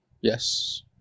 Yes